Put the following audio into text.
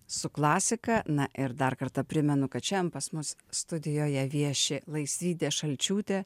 su klasika na ir dar kartą primenu kad šian pas mus studijoje vieši laisvydė šalčiūtė